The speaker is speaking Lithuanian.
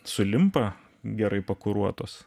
sulimpa gerai pakuruotos